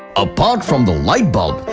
apart from the light bulb,